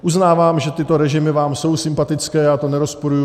Uznávám, že tyto režimy vám jsou sympatické, já to nerozporuji.